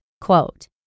quote